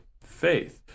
faith